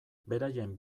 beraien